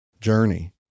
journey